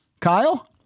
Kyle